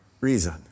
reason